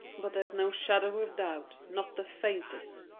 but there's no shadow of doubt not the faintest.